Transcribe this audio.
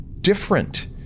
different